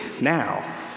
now